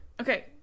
Okay